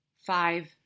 five